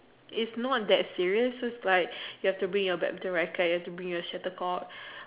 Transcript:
is not that serious is like you have to bring your badminton racket and you have to bring your shuttlecock